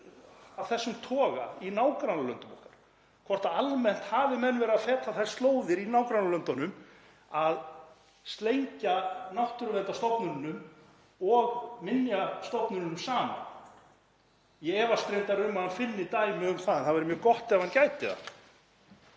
af þessum toga í nágrannalöndum okkar, hvort almennt hafi menn verið að feta þær slóðir í nágrannalöndunum að slengja náttúruverndarstofnununum og minjastofnununum saman. Ég efast reyndar um að hann finni dæmi um það en það væri mjög gott ef hann gæti það.